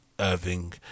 irving